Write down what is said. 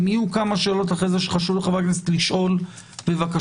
אם יהיו כמה שאלות אחרי זה שחשוב לחברי הכנסת לשאול בבקשה,